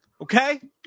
okay